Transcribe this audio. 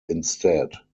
instead